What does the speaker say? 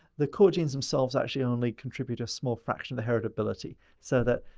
the core genes themselves actually only contribute a small fraction of the heritability. so that